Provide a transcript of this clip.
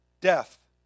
death